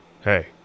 Hey